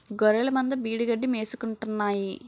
గొఱ్ఱెలమంద బీడుగడ్డి మేసుకుంటాన్నాయి